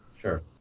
Sure